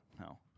no